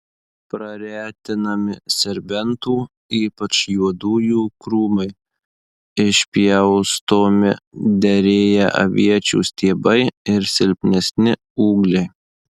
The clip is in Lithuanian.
praretinami serbentų ypač juodųjų krūmai išpjaustomi derėję aviečių stiebai ir silpnesni ūgliai